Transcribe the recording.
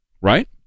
Right